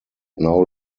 now